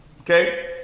okay